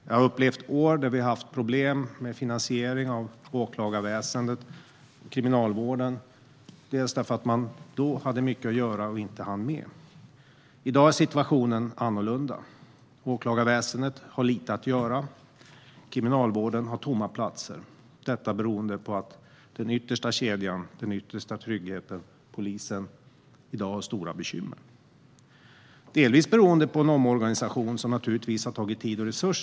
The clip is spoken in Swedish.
Jag har upplevt år med problem med finansiering av åklagarväsendet och Kriminalvården, bland annat därför att det då var mycket att göra och mycket inte hanns med. I dag är situationen annorlunda. Åklagarväsendet har lite att göra. Kriminalvården har tomma platser. Det beror på att den yttersta kedjan, den yttersta tryggheten, polisen, i dag har stora bekymmer. Det beror delvis på en omorganisation som naturligtvis har tagit tid och resurser.